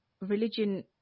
religion